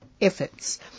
efforts